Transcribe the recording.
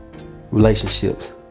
relationships